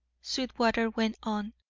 sweetwater went on,